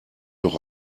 doch